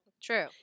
True